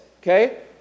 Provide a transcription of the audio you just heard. okay